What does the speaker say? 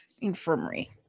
infirmary